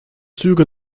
züge